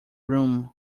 room